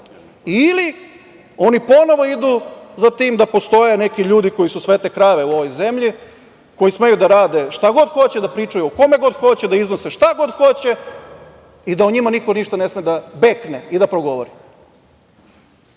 Ili oni ponovo idu sa tim da postoje neki ljudi koji su svete krave u ovoj zemlji, koji smeju da rade šta god hoće, da pričaju o kome god hoće, da iznose šta god hoće i da o njima niko ništa ne sme da bekne i da progovori. Dakle,